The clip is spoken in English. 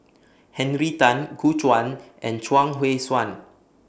Henry Tan Gu Juan and Chuang Hui Tsuan